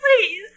please